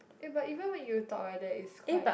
eh but even when you talk ah there's quite